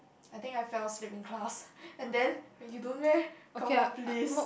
I think I fell asleep in class and then you don't meh come on please